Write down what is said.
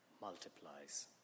multiplies